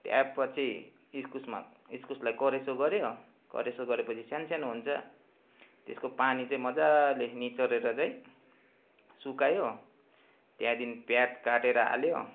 त्यहाँपछि इस्कुसमा इस्कुसलाई कोरेसो गर्यो कोरेसो गरेपछि सानो सानो हुन्छ त्यसको पानी चाहिँ मजाले निचोरेर चाहिँ सुकायो त्यहाँदेखि प्याज काटेर हाल्यो